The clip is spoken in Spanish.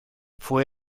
fue